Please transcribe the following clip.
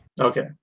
Okay